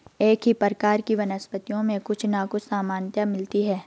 एक ही प्रकार की वनस्पतियों में कुछ ना कुछ समानता मिलती है